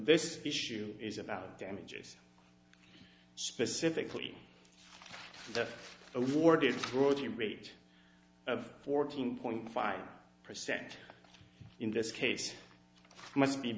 this issue is about damages specifically awarded or the rate of fourteen point five percent in this case must be